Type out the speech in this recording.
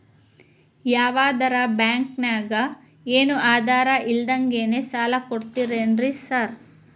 ಯಾವದರಾ ಬ್ಯಾಂಕ್ ನಾಗ ಏನು ಆಧಾರ್ ಇಲ್ದಂಗನೆ ಸಾಲ ಕೊಡ್ತಾರೆನ್ರಿ ಸಾರ್?